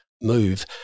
Move